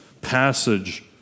passage